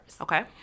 Okay